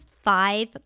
five